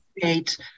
create